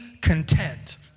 content